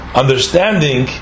understanding